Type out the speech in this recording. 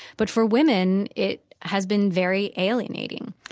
but for women it has been very alienating